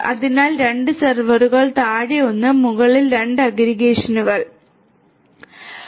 അതിനാൽ 2 സെർവറുകൾ താഴെ 1 മുകളിൽ 2 അഗ്രഗേഷൻ സ്വിച്ചുകൾ